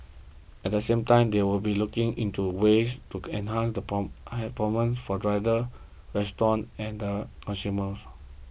at the same time they will be looking into ways to enhance performance for riders restaurants and the consumers